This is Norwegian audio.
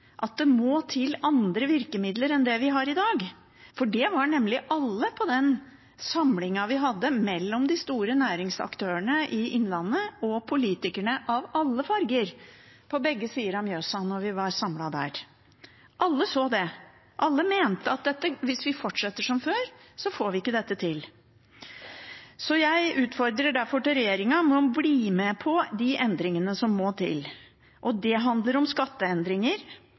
må til andre virkemidler enn dem vi har i dag? Det var nemlig alle på den samlingen vi hadde med de store næringsaktørene i Innlandet og politikere av alle farger, fra begge sider av Mjøsa. Alle så det. Alle mente at hvis vi fortsetter som før, får vi ikke til dette. Jeg utfordrer derfor regjeringen til å bli med på de endringene som må til. Det handler om skatteendringer,